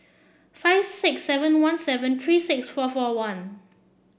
five six seven one seven three six four four one